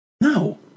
No